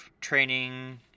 training